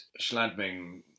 Schladming